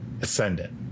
ascendant